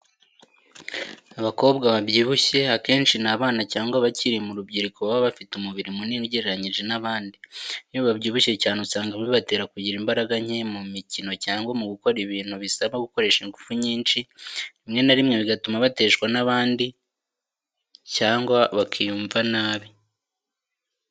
Abakobwa babyibushye akenshi ni abana cyangwa abakiri mu rubyiruko baba bafite umubiri munini ugereranyije n’abandi. Iyo babyibushye cyane usanga bibatera kugira imbaraga nke mu mikino cyangwa mu gukora ibintu bisaba gukoresha ingufu nyinshi, rimwe na rimwe bigatuma bateshwa n’abandi cyangwa bakiyumva nabi.